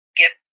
get